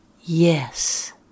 Yes